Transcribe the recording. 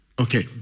Okay